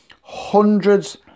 Hundreds